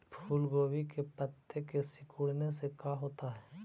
फूल गोभी के पत्ते के सिकुड़ने से का होता है?